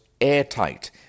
airtight